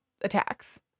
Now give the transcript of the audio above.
attacks